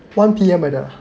one P_M like that ah